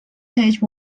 page